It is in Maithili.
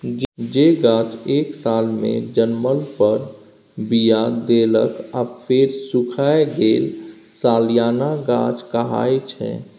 जे गाछ एक सालमे जनमल फर, बीया देलक आ फेर सुखाए गेल सलियाना गाछ कहाइ छै